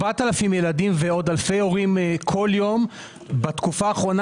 4,000 ילדים ועוד אלפי הורים כל יום בתקופה האחרונה